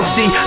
See